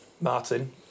Martin